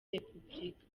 repubulika